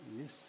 yes